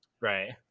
right